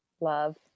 Love